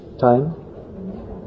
time